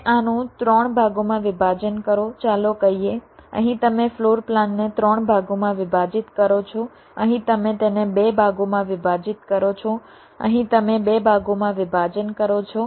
તમે આનું 3 ભાગોમાં વિભાજન કરો ચાલો કહીએ અહીં તમે ફ્લોર પ્લાનને 3 ભાગોમાં વિભાજિત કરો છો અહીં તમે તેને 2 ભાગોમાં વિભાજિત કરો છો અહીં તમે 2 ભાગોમાં વિભાજન કરો છો